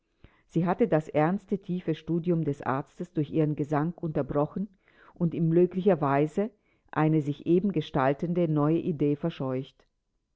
sie hatte das ernste tiefe studium des arztes durch ihren gesang unterbrochen und ihm möglicherweise eine sich eben gestaltende neue idee verscheucht